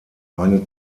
eine